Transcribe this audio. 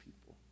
people